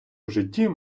житті